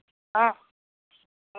ହଁ